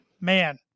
Man